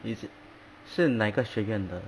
is it 是哪个学院的